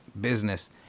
business